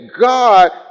God